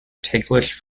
täglich